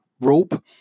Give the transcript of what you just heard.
rope